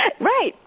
Right